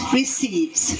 receives